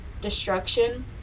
destruction